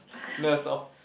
less of